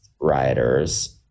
rioters